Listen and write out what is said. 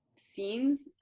scenes